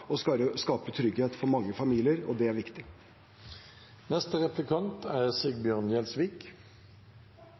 og skaper trygghet for mange familier, og det er viktig. Norge er